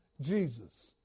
Jesus